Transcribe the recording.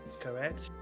correct